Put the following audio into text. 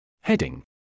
Heading